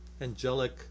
angelic